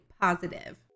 positive